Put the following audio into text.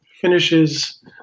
finishes